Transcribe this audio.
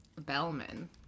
Bellman